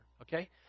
Okay